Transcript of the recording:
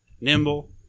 nimble